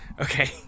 Okay